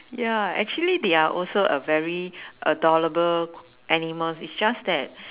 ya actually they are also a very adorable animals it's just that